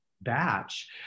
batch